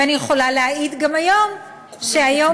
ואני יכולה להעיד גם היום שהיום,